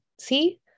see